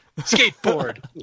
Skateboard